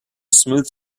smooth